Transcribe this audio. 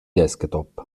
desktop